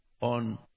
on